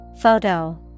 Photo